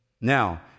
Now